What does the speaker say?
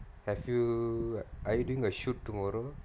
have you are you doing a shoot tomorrow